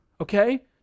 okay